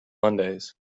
mondays